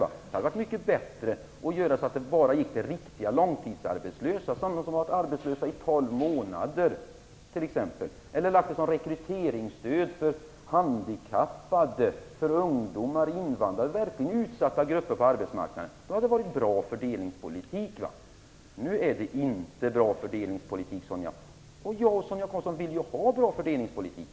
Det hade varit mycket bättre att rikta stödet så att det bara gick till långtidsarbetslösa, till människor som exempelvis varit arbetslösa i 12 månader, eller att man lagt det som ett rekryteringsstöd för handikappade, ungdomar och invandrare, dvs. verkligt utsatta grupper på arbetsmarknaden. Det hade varit bra fördelningspolitik. Nu, Sonia Karlsson, är det inte bra fördelningspolitik. Men jag och Sonia Karlsson vill ju ha bra fördelningspolitik.